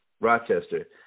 Rochester